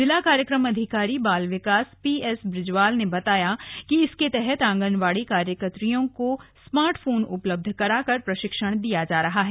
जिला कार्यक्रम अधिकारी बाल विकास पीएस बृजवाल ने बताया कि इसके तहत आंगनबाड़ी कार्यकर्वियों को स्मार्टफोन उपलब्ध कराकर प्रशिक्षण दिया जा रहा है